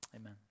Amen